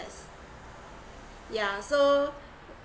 yeah so